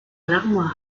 l’armoire